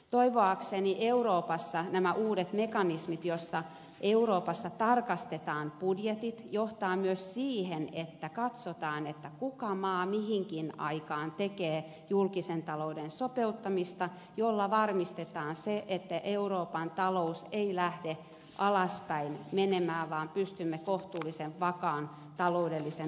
toivoakseni euroopassa nämä uudet mekanismit joilla euroopassa tarkastetaan budjetit johtavat myös siihen että katsotaan mikä maa mihinkin aikaan tekee julkisen talouden sopeuttamista millä varmistetaan se että euroopan talous ei lähde menemään alaspäin vaan pystymme kohtuullisen vakaan taloudellisen olosuhteen luomaan